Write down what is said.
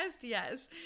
Yes